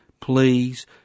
Please